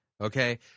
Okay